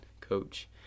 coach